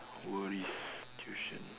worries tuition